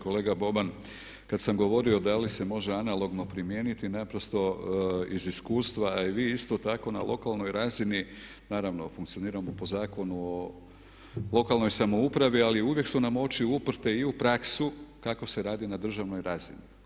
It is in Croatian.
Kolega Boban, kada sam govorio da li se može analogno primijeniti naprosto iz iskustva a i vi isto tako na lokalnoj razini naravno funkcioniramo po Zakonu o lokalnoj samoupravi ali uvijek su nam oči uprte i u praksu kako se radi na državnoj razini.